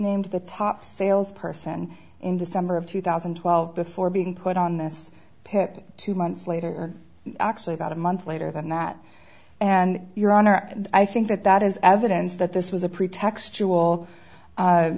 named the top salesperson in december of two thousand and twelve before being put on this pip two months later actually about a month later than that and your honor i think that that is evidence that this was a pretext